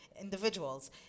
individuals